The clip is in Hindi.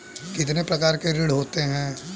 कितने प्रकार के ऋण होते हैं?